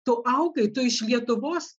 tu augai tu iš lietuvos